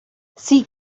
sie